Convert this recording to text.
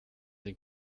den